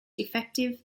effective